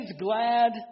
glad